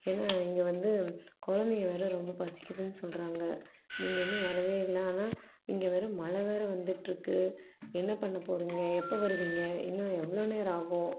என்ன இங்கே வந்து குழந்தைங்க வேறே ரொம்ப பசிக்குதுன்னு சொல்கிறாங்க நீங்கள் இன்னும் வரவே இல்லை ஆனால் இங்கே வேறே மழை வேறே வந்துட்டுருக்கு என்ன பண்ண போகிறிங்க எப்போ வருவிங்க இன்னும் எவ்வளோ நேரம் ஆகும்